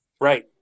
right